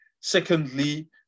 Secondly